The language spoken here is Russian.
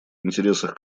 интересах